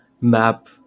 map